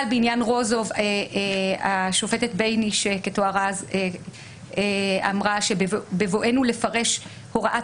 בעניין רוזוב השופטת בייניש כתוארה אז אמרה ש"בבואנו לפרש הוראת